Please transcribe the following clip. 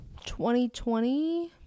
2020